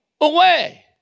away